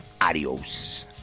Adios